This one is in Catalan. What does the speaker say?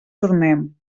tornem